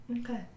Okay